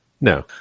No